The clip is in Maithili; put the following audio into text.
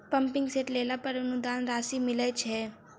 पम्पिंग सेट लेला पर अनुदान राशि मिलय छैय?